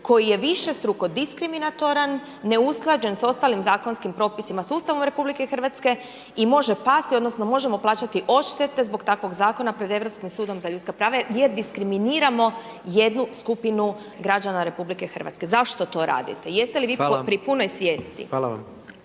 koji je višestruko diskriminatoran, neusklađen s ostalim zakonskim propisima, s Ustavom RH i može pasti odnosno možemo plaćati odštete zbog takvog zakona pred Europskim sudom za ljudska prava jer diskriminiramo jednu skupinu građana RH, zašto to radite? Jeste li …/Upadica: Hvala./…